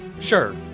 Sure